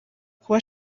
kuba